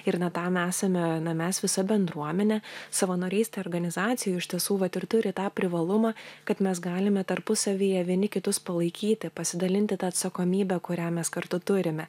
ir na tam esame na mes visa bendruomenė savanorystė organizacijoj iš tiesų vat ir turi tą privalumą kad mes galime tarpusavyje vieni kitus palaikyti pasidalinti ta atsakomybe kurią mes kartu turime